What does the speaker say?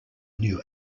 new